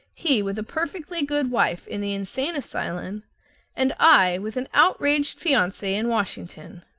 he with a perfectly good wife in the insane asylum and i with an outraged fiance in washington?